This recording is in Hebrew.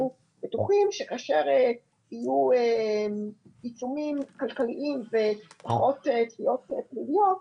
אנחנו בטוחים שכאשר יהיו עיצומים כלכליים ופחות תביעות ייצוגיות,